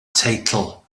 teitl